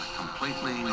completely